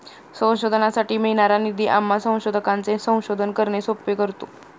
संशोधनासाठी मिळणारा निधी आम्हा संशोधकांचे संशोधन करणे सोपे करतो